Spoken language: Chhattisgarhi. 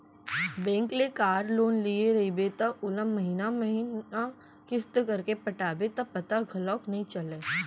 बेंक ले कार लोन लिये रइबे त ओला महिना महिना किस्त करके पटाबे त पता घलौक नइ चलय